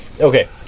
Okay